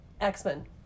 X-Men